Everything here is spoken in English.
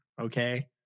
okay